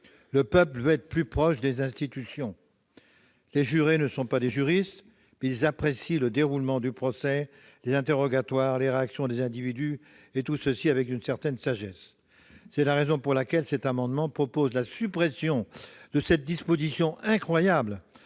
Le peuple veut être plus proche des institutions ! Les jurés ne sont pas des juristes, ils apprécient le déroulement du procès, l'interrogatoire, les réactions des individus, cela avec une certaine sagesse. Pour ces raisons, le présent amendement prévoit la suppression de cette disposition incroyable,